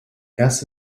erst